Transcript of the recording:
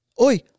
oi